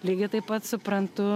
lygiai taip pat suprantu